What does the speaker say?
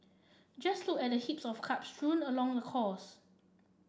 just look at the heaps of cups strewn along the course